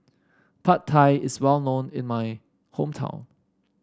Pad Thai is well known in my hometown